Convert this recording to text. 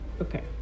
Okay